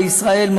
בישראל,